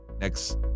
next